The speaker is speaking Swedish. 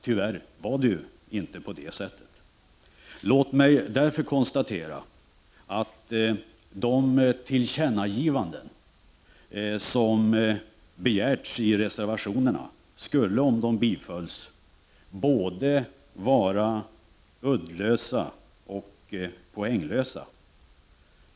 Tyvärr var det inte på det sättet. Låt mig därför konstatera att de tillkännagivanden till regeringen som begärts i reservationerna är både uddlösa och poänglösa.